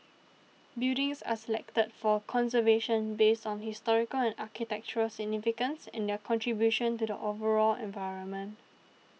buildings are selected for conservation based on historical and architectural significance and their contribution to the overall environment